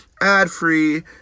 ad-free